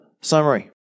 summary